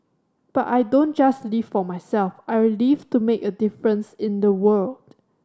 but I don't just live for myself I live to make a difference in the world